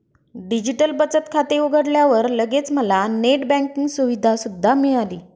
digital बचत खाते उघडल्यावर लगेच मला नेट बँकिंग सुविधा सुद्धा मिळाली